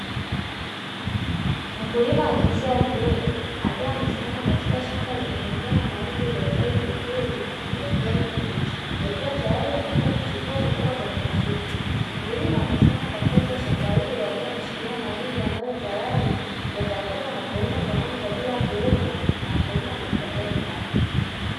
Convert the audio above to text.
Mkulima wa jinsia ya kiume akiwa amesimama katika shamba lenye mimea ya mahindi iliyostawi vizuri ya kijani kibichi, yakiwa tayari yameanza kuchipua kutoka kwenye masuke, mkulima amesimama katikati ya shamba hilo akiwa ameshikilia mahindi ambayo tayari yatavunwa na kupelekwa sokoni kwaajili ya kuuzwa na mkulima kujipatia kipato.